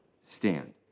stand